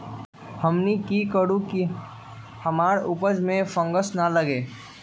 हमनी की करू की हमार उपज में फंगस ना लगे?